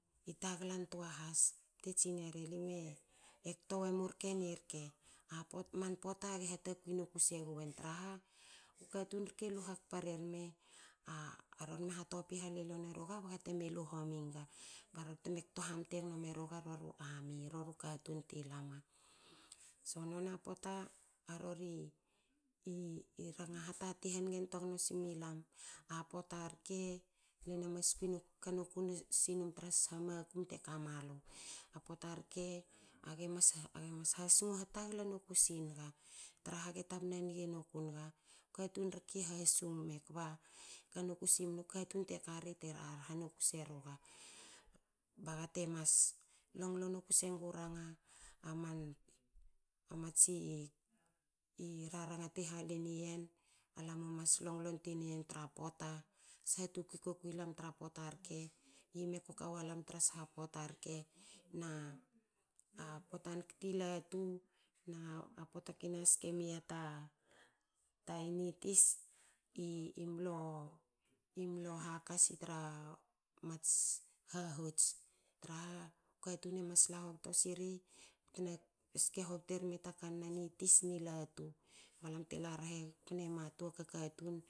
I tagla toa has bte tsineri lime kto wemu rke ni rke, man pota ge hatakui noku seguen trah u katun rke hakpa rerme. ah rorme hatopi haleliou neruga bagate teme lu homi naga barorte teme kto hamte gno me raga roru army. roru katun ti lama. So nona pota arori ranga hatati hangentoa gno simi lam a pota rke lena mas kui noku. ka noku sinum tra sha makum te kaka malu a pota rke ge mas age mas hasngo hatagla noku singa traha ge tabna nge noku nga. Katun rke i hasung me kba kanoku simna katun te kari te rarha noku serunga. baga te mas longlo noku sengu ranga. man matsi raranga ti hali nien alimu mas longlon tui iyen tra pota. sha tukui ko kui lam tra pota rke. ime ko ka walam tra sha pota rke. potan kti latu na pota ka ske mialu ta yena i tis i mlo haka si tra mats hahots traha katun e mas la hobto siri kna ske hobto erma ta kannan i latu ni tis. balam te la rhe pnema toa kua katun